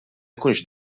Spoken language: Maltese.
jkunx